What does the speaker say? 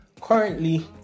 currently